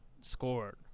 scored